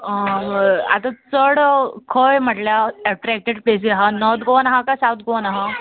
आतां चड खंय म्हटल्यार एट्रॅक्टेड प्लेसीस आहा नॉर्थ गोवान आहा काय सावथ गोवान आहा